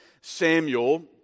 Samuel